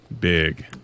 Big